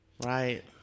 Right